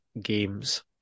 games